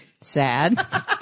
Sad